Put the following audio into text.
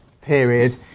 period